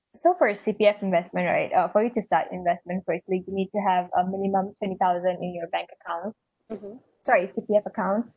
so for C_P_F investment right uh for you to start investment firstly you need to have a minimum twenty thousand in your bank account sorry C_P_F account